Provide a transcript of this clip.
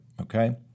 Okay